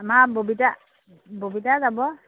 আমাৰ ববিতা ববিতা যাব